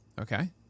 Okay